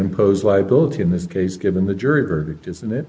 impose liability in this case given the jury verdict isn't it